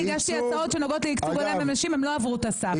אני הגשתי הצעות שנוגעות לייצוג הולם לנשים והן לא עברו את הסף.